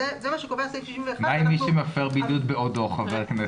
זה מה שקובע סעיף 71. מה עם מי שמפר בידוד בעודו חבר כנסת?